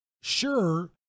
sure